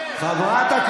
(קוראת בשם חברת